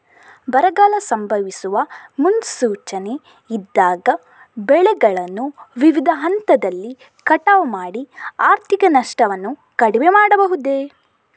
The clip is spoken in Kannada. ಬರಗಾಲ ಸಂಭವಿಸುವ ಮುನ್ಸೂಚನೆ ಇದ್ದಾಗ ಬೆಳೆಗಳನ್ನು ವಿವಿಧ ಹಂತದಲ್ಲಿ ಕಟಾವು ಮಾಡಿ ಆರ್ಥಿಕ ನಷ್ಟವನ್ನು ಕಡಿಮೆ ಮಾಡಬಹುದೇ?